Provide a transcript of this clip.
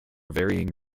varying